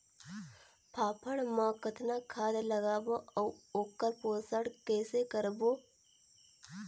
फाफण मा कतना खाद लगाबो अउ ओकर पोषण कइसे करबो?